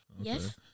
Yes